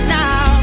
now